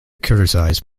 criticized